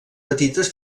petites